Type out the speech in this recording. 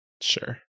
sure